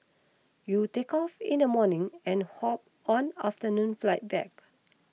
you'll take off in the morning and hop on afternoon flight back